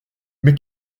mais